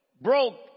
broke